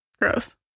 Gross